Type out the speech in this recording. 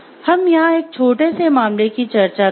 हम यहां एक छोटे से मामले की चर्चा करेंगे